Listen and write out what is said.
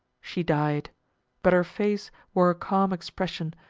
she died but her face wore a calm expression,